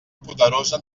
poderosa